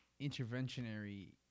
interventionary